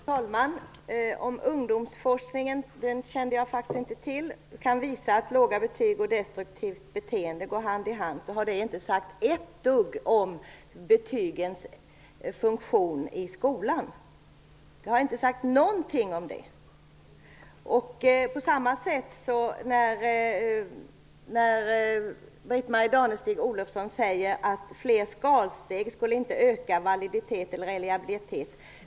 Herr talman! Om ungdomsforskningen, som jag faktiskt inte kände till, kan visa att låga betyg och destruktivt beteende går hand i hand har det inte sagt ett dugg om betygens funktion i skolan. Det säger ingenting om det. Britt-Marie Danestig-Olofsson säger att fler skalsteg inte skulle förändra validitet eller reliabilitet.